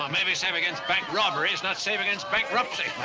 um may be safe against bank robbery, it's not safe against bankruptcy.